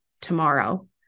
tomorrow